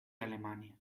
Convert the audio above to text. alemania